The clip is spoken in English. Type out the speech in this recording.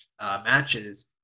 matches